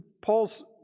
Paul's